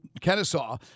Kennesaw